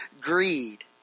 greed